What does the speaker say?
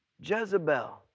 Jezebel